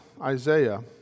Isaiah